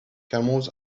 camels